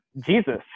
Jesus